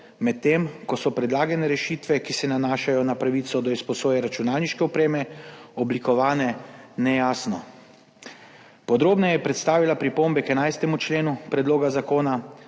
medtem ko so predlagane rešitve, ki se nanašajo na pravico do izposoje računalniške opreme, oblikovane nejasno. Podrobneje je predstavila pripombe k 11. členu predloga zakona,